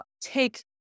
take